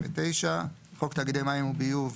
"חוק תאגידי מים וביוב"